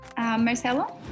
Marcelo